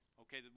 Okay